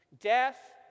death